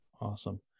Awesome